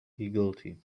guilty